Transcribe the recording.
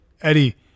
Eddie